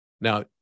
Now